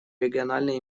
региональной